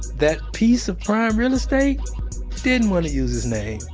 that piece of prime real estate didn't want to use his name,